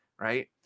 right